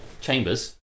Chambers